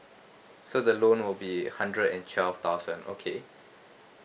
so the loan will be hundred and twelve thousand okay